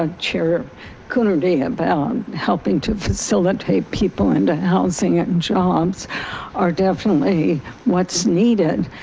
ah chair coonerty, about helping to facilitate people into housing and jobs are definitely what's needed.